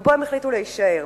ופה הם החליטו להישאר,